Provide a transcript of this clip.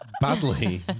badly